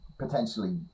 potentially